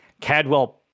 Cadwell